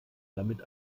damit